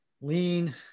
lean